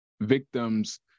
victims